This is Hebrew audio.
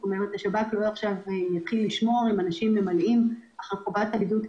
השב"כ לא יתחיל עכשיו לשמור האם אנשים ממלאים אחר חובת הבידוד,